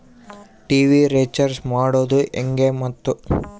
TV recharge ಮಾಡೋದು ಹೆಂಗ ಮತ್ತು?